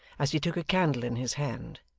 as he took a candle in his hand,